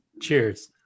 Cheers